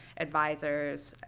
advisors,